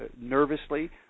nervously